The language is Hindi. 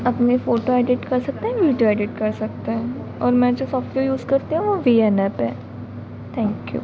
अपनी फ़ोटो एडिट कर सकते हैं वीडियो एडिट कर सकते हैं और मैं जो सॉफ़्टवेयर यूज़ करती हूँ वह वी एन ऐप है थैंक यू